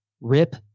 rip